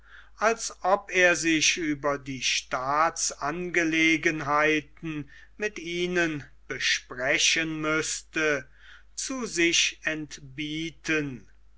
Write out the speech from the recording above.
als ob er sich über die staatsangelegenheiten mit ihnen besprechen müßte zu sich entbieten